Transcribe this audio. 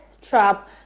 trap